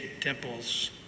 temples